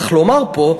צריך לומר פה,